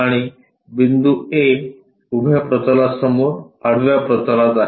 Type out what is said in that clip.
आणि बिंदू A उभ्या प्रतलासमोर आडव्या प्रतलात आहे